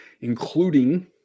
including